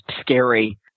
scary